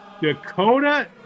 dakota